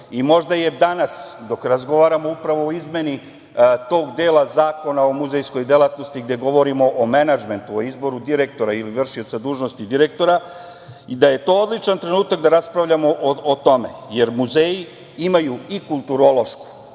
i možda je danas, dok razgovaramo upravo o izmeni tog dela Zakona o muzejskoj delatnosti, gde govorimo o menadžmentu, o izboru direktora ili vršioca dužnosti direktora, odličan trenutak da raspravljamo o tome, jer muzeji imaju i kulturološku,